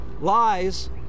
lies